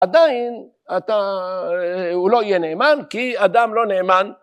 עדיין הוא לא יהיה נאמן כי אדם לא נאמן